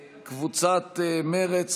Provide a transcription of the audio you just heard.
קבוצת סיעת מרצ,